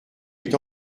est